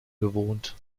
bewohnt